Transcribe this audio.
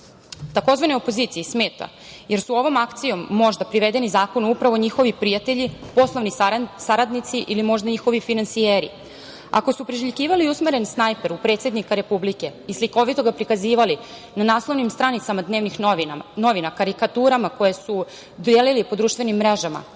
opoziciji smeta jer su ovom akcijom možda privedeni zakonu upravo njihovi prijatelji, poslovni saradnici ili možda njihovi finansijeri. Ako su priželjkivali usmeren snajper u predsednika Republike i slikovito ga prikazivali na naslovnim stranicama dnevnih novina, karikaturama koje su delili po društvenim mrežama,